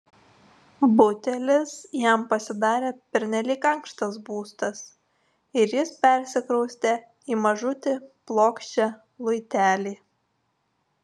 butelis jam pasidarė pernelyg ankštas būstas ir jis persikraustė į mažutį plokščią luitelį